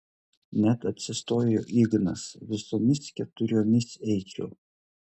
net atsistojo ignas visomis keturiomis eičiau